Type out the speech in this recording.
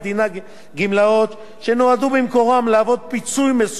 שנועדו במקורן להוות פיצוי מסוים על שחיקת העבר.